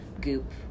goop